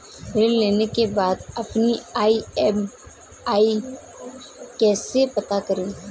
ऋण लेने के बाद अपनी ई.एम.आई कैसे पता करें?